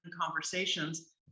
conversations